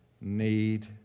need